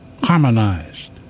harmonized